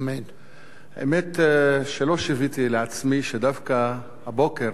האמת היא שלא שיוויתי לעצמי שדווקא הבוקר,